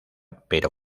pero